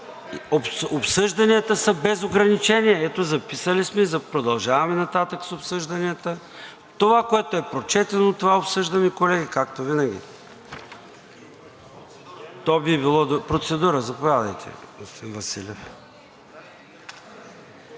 обсъжданията са без ограничение. Ето, записали сме, продължаваме нататък с обсъжданията. Това, което е прочетено, това обсъждаме, колеги, както винаги. Процедура? Заповядайте,